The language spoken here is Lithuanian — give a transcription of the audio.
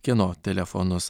kieno telefonus